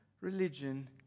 Religion